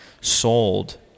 sold